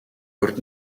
урьд